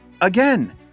again